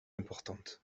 importantes